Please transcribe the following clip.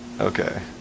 Okay